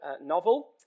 novel